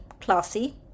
classy